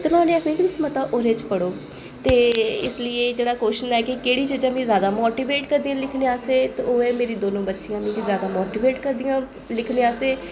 ते में उ'नें ई आखनी कि तुस मता ओह्दे च पढ़ो ते इस लेई एह् जेह्ड़ा क्वश्चन ऐ कि केह्ड़ियां चीज़ां मिगी जैदा मोटिवेट करदियां लिखने आस्तै ते ओह् ऐ मेरी दोनों बच्चियां मिगी जैदा मोटिवेट करदियां लिखने आस्तै